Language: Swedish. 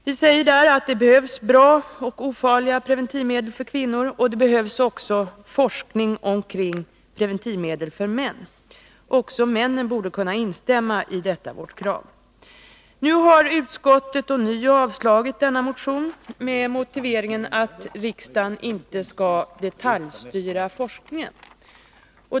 Vi säger att det behövs bra och ofarliga preventivmedel för kvinnor, och det behövs också forskning kring preventivmedel för män. Också männen borde kunna instämma i detta vårt krav. Nu har utskottet ånyo avstyrkt denna motion med motiveringen att riksdagen inte skall detaljstyra forskningen.